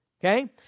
okay